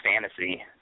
fantasy